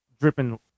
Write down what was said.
dripping